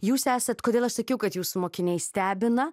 jūs esat kodėl aš sakiau kad jūsų mokiniai stebina